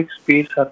space